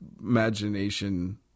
imagination